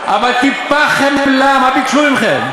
אבל טיפת חמלה, מה ביקשו מכם?